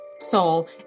soul